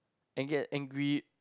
and get angry